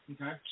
Okay